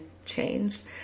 Changed